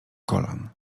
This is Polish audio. kolan